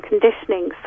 conditioning